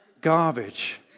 garbage